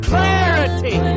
Clarity